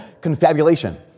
confabulation